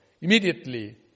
Immediately